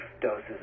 doses